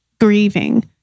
grieving